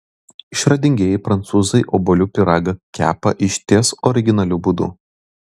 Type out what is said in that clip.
išradingieji prancūzai obuolių pyragą kepa išties originaliu būdu